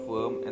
Firm